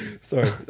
Sorry